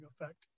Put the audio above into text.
effect